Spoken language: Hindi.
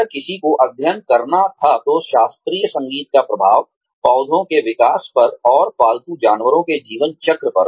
अगर किसी को अध्ययन करना था तो शास्त्रीय संगीत का प्रभाव पौधों के विकास पर और पालतू जानवरों के जीवन चक्र पर